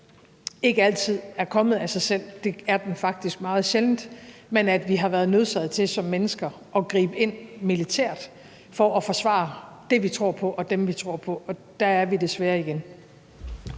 ikke altid er kommet af sig selv – det er den faktisk meget sjældent – men at vi som mennesker har været nødsaget til at gribe ind militært for at forsvare det, vi tror på, og dem, vi tror på, og der er vi desværre igen.